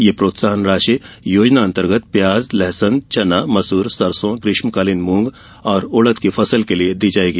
यह प्रोत्साहन राशि योजनातंर्गत प्याज लहसून चना मसूर सरसों ग्रीष्मकालीन मूंग और उड़द की फसल के लिये दी जायेगी